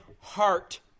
heart